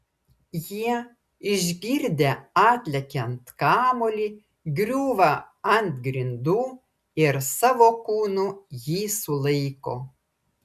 jie išgirdę atlekiant kamuolį griūvą ant grindų ir savo kūnu jį sulaiko